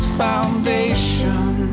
foundation